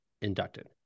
inducted